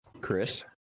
Chris